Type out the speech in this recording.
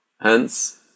Hence